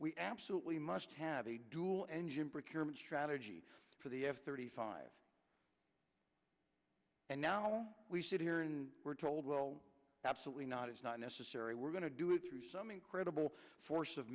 we absolutely must have a dual engine brickyard strategy for the f thirty five and now we sit here and we're told well absolutely not it's not necessary we're going to do it through some incredible force of